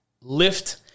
Lift